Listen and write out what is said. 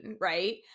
right